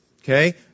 Okay